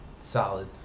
Solid